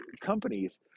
companies